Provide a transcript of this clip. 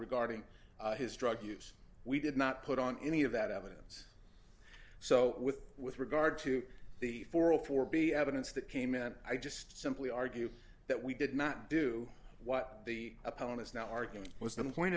regarding his drug use we did not put on any of that evidence so with with regard to the four a four b evidence that came in i just simply argue that we did not do what the opponents now arguing was the point